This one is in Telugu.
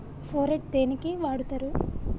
ఫోరెట్ దేనికి వాడుతరు?